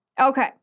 Okay